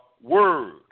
word